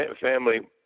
family